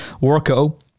Worko